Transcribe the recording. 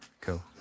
cool